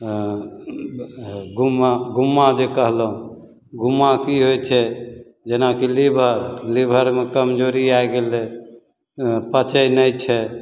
अँ गुम्मा गुम्मा जे कहलहुँ गुम्मा कि होइ छै जेनाकि लीवर लीवरमे कमजोरी आ गेलै अँ पचै नहि छै